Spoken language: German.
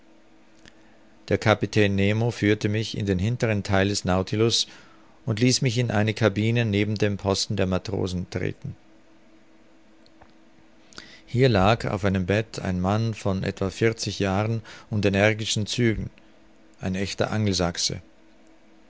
der kapitän nemo führte mich in den hinteren theil des nautilus und ließ mich in eine cabine neben dem posten der matrosen treten hier lag auf einem bett ein mann von etwa vierzig jahren und energischen zügen ein echter